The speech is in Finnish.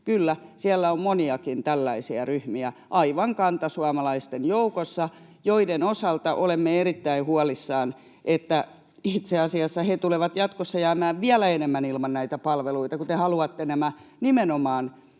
Kyllä, siellä on moniakin tällaisia ryhmiä aivan kantasuomalaisten joukossa, joiden osalta olemme erittäin huolissamme, että itse asiassa he tulevat jatkossa jäämään vieläkin enemmän ilman näitä palveluita, kun te haluatte nimenomaan